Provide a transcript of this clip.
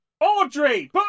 Audrey